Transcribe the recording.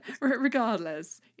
regardless